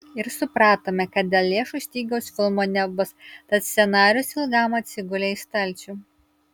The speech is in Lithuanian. ir supratome kad dėl lėšų stygiaus filmo nebus tad scenarijus ilgam atsigulė į stalčių